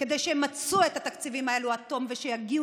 כדי שימצו את התקציבים האלה עד תום ושיגיעו